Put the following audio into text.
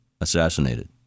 assassinated